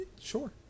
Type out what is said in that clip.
Sure